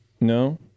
No